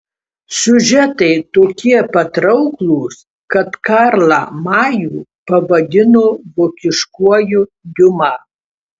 siužetai tokie patrauklūs kad karlą majų pavadino vokiškuoju diuma